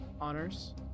honors